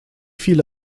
viele